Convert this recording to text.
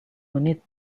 menit